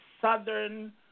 southern